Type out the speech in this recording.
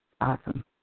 Awesome